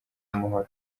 w’amahoro